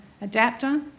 adapter